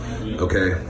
Okay